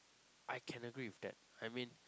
I can agree with that I mean